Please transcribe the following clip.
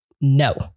No